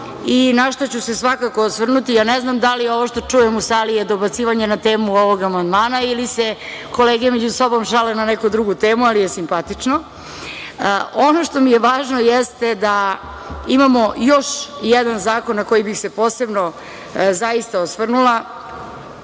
i na šta ću se svakako osvrnuti, ja ne znam da li je ovo što čujem u sali je dobacivanje na temu ovog amandmana ili se kolege među sobom šale na neku drugu temu, ali je simpatično, ono što mi je važno jeste da imamo još jedan zakon na koji bih se posebno zaista osvrnula,